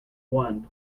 one